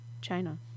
China